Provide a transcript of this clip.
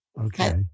okay